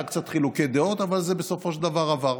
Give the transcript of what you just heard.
היו קצת חילוקי דעות, אבל בסופו של דבר זה עבר.